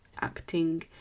acting